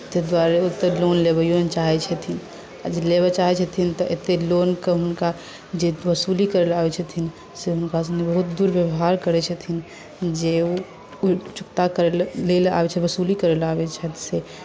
ताहि दुआरे ओ तऽ लोन लेबय नहि चाहैत छथिन आओर जे लेबय चाहैत छथिन तऽ एतेक लोनके हुनका जे वसूली करय लेल आबैत छथिन से हुनका सङ्गे बहुत दुर्व्यवहार करैत छथिन जे चुकता करय लेल वसूली करय लेल आबैत छथि से